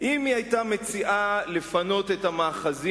אם היא היתה מציעה לפנות את המאחזים,